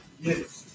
Yes